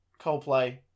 Coldplay